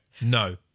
No